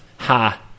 Ha